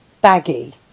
baggy